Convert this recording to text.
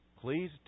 please